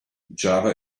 java